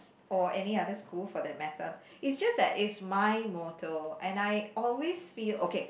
or any other school for that matter it's just that it's my motto and I always feel okay